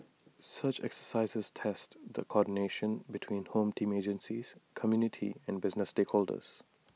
such exercises test the coordination between home team agencies community and business stakeholders